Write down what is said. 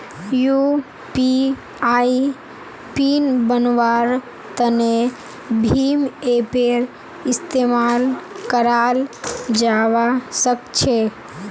UPI PIN बन्वार तने भीम ऐपेर इस्तेमाल कराल जावा सक्छे